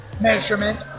measurement